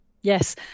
Yes